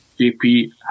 JP